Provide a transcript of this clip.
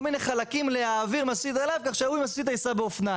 מיני חלקים להעביר מהסוסיתא אליו כך שהוא עם הסוסיתא ייסע באופניים.